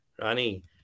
Rani